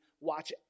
watch